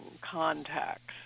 contacts